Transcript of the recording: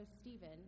Stephen